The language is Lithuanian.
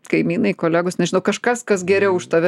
kaimynai kolegos nežinau kažkas kas geriau už tave